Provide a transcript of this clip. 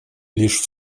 лишь